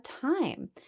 time